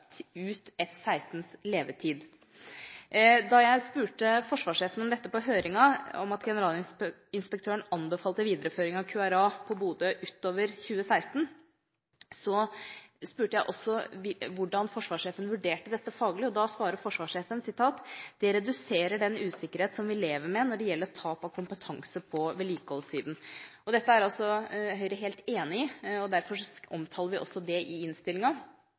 Bodø ut F-16s levetid. Da jeg spurte forsvarssjefen om dette på høringen – om at generalinspektøren anbefalte videreføring av QRA i Bodø utover 2016 – spurte jeg også hvordan forsvarssjefen vurderte dette faglig, og da svarte forsvarssjefen: «Det reduserer den usikkerhet som vi lever med når det gjelder tap av kompetanse på vedlikeholdssiden.» Dette er altså Høyre helt enig i, og derfor omtaler vi også det i